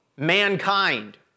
Mankind